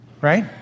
Right